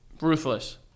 Ruthless